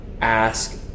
ask